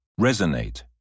Resonate